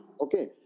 Okay